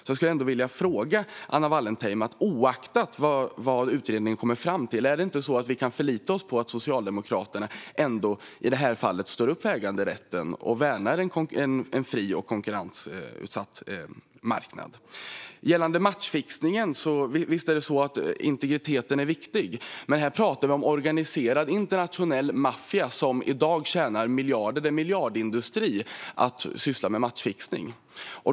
Jag skulle vilja fråga Anna Wallentheim om vi inte, oavsett vad utredningen kommer fram till, kan förlita oss på att Socialdemokraterna i det här fallet står upp för äganderätten och värnar en fri och konkurrensutsatt marknad. Sedan gäller det matchfixning. Visst är integriteten viktig, men här pratar vi om en organiserad internationell maffia som i dag tjänar miljarder. Det är en miljardindustri att syssla med matchfixning.